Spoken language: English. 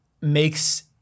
makes